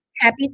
happy